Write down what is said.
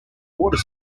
water